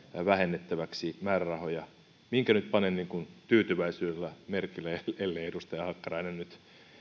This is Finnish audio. vähennettäväksi määrärahoja minkä nyt panen tyytyväisyydellä merkille ellei edustaja hakkarainen nyt